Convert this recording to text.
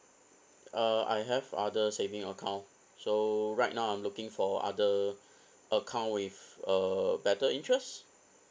uh I have other saving account so right now I'm looking for other account with a better interest